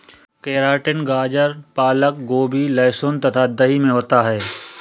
keratin गाजर पालक गोभी लहसुन तथा दही में होता है